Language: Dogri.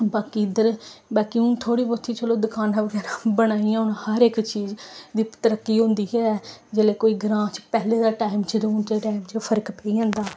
बाकी इद्धर बाकी हून थोह्ड़ी ब्हौती चलो दकानां बगैरा बना दियां हून हर इक चीज दी तरक्की होंदी गै ऐ जेल्लै कोई ग्रां पैह्लें दे टाइम च ते हून दे टाइम च फर्क पेई जंदा ऐ